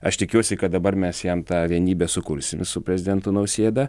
aš tikiuosi kad dabar mes jam tą vienybę sukulsim su prezidentu nausėda